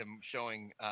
showing